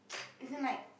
as in like